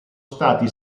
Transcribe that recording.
stati